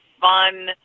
fun